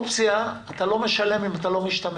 באופציה אתה לא משלם אם אתה לא משתמש.